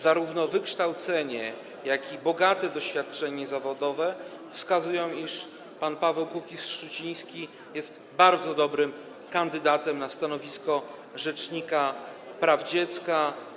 Zarówno wykształcenie, jak i bogate doświadczenie zawodowe wskazują, iż pan Paweł Kukiz-Szczuciński jest bardzo dobrym kandydatem na stanowisko rzecznika praw dziecka.